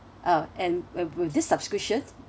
uh and and with this subscription